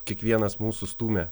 kiekvienas mūsų stūmė